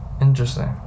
Interesting